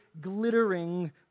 glittering